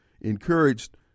encouraged